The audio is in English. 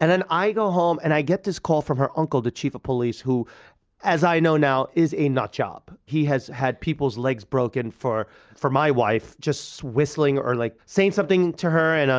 and then i go home and i get a call from her uncle, the chief of police, who as i know now is a nut job. he has had people's legs broken for for my wife, just whistling or like saying something to her and